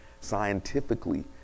Scientifically